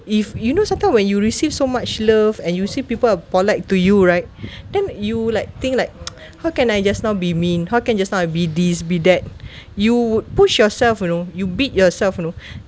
if you know sometimes when you receive so much love and you see people are polite to you right then you like think like how can I just now be mean how can just now I be this be that you would push yourself you know you beat yourself you know